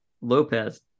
Lopez